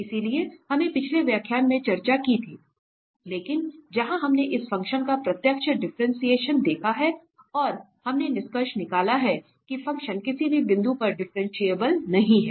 इसलिए हमने पिछले व्याख्यान में चर्चा की थी लेकिन जहां हमने इस फ़ंक्शन का प्रत्यक्ष डिफरेंटशिएशन देखा है और हमने निष्कर्ष निकाला है कि फ़ंक्शन किसी भी बिंदु पर डिफरेंशिएबल नहीं है